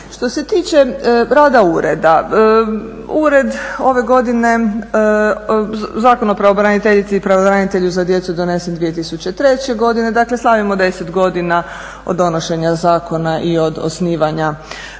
Što se tiče rada ureda, ured ove godine, Zakon o pravobraniteljici i pravobranitelju za djecu je donesen 2003. godine. Dakle, slavimo 10 godina od donošenja zakona i od osnivanja ureda.